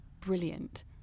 brilliant